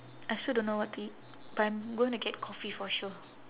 I also don't know what to eat but I'm gonna get coffee for sure